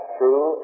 true